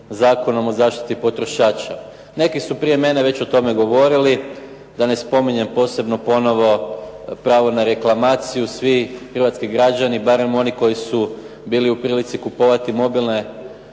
Zakonom o zaštiti potrošača. Neki su prije mene već o tome govorili, da ne spominjem posebno ponovo pravo na reklamaciju. Svi hrvatski građani barem oni koji su bili u prilici kupovati mobilne